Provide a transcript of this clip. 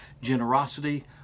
generosity